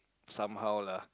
somehow lah